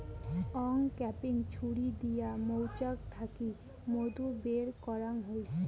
uncapping ছুরি দিয়া মৌচাক থাকি মধু বের করাঙ হই